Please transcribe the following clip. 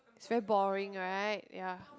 is very boring right ya